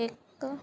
ਇੱਕ